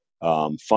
Fun